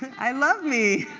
i love me.